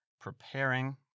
preparing